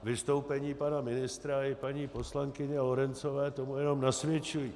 Vystoupení pana ministra i paní poslankyně Lorencové tomu jenom nasvědčují.